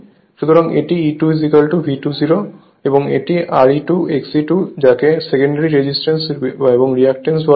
সুতরাং এটি E2 V2 0 এবং এটি Re2 XE2 যাকে সেকেন্ডারি রেজিস্ট্যান্স এবং রিঅ্যাক্টেন্স বলে